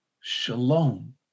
shalom